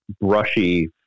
brushy